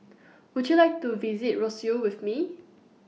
Would YOU like to visit Roseau with Me